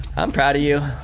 i'm proud of you.